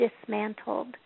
dismantled